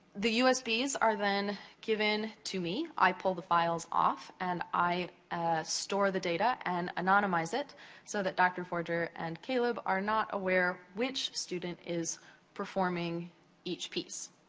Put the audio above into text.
the usbs are then given to me, i pull the files off, and i store the data and anonymize it so that dr. forger and caleb are not aware which student is performing each piece.